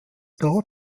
dort